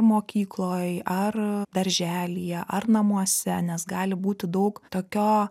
mokykloj ar darželyje ar namuose nes gali būti daug tokio